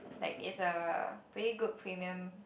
like it's a pretty good premium